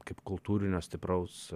kaip kultūrinio stipraus